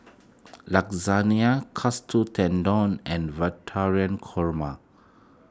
Lasagne Katsu Tendon and Korma